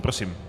Prosím.